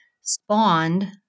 spawned